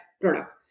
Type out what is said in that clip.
product